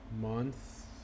month